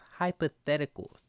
hypotheticals